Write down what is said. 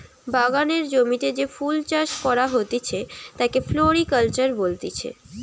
বাগানের জমিতে যে ফুল চাষ করা হতিছে তাকে ফ্লোরিকালচার বলতিছে